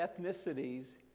ethnicities